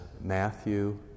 Matthew